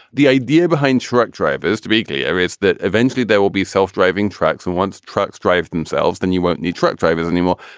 the idea behind truck drivers to be clear is that eventually there will be self-driving trucks and once trucks drive themselves then you won't need truck drivers anymore.